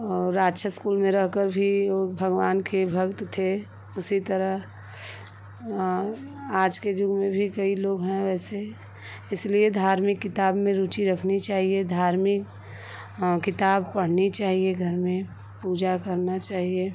और राक्षस कुल में रह कर भी वो भगवान के भक्त थे उसी तरह आज के जुग में भी कई लोग हैं वैसे इसलिए धार्मिक किताब में रुचि रखनी चाहिए धार्मिक किताब पढ़नी चाहिए घर में पूजा करना चाहिए